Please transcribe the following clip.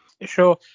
Sure